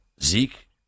Zeke